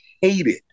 hated